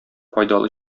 файдалы